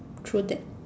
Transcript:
true that